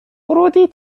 ورودی